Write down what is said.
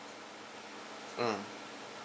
mm